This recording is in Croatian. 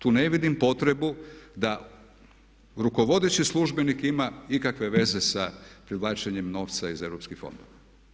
Tu ne vidim potrebu da rukovodeći službenik ima ikakve veze sa privlačenjem novca iz EU fondova.